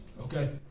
Okay